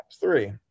three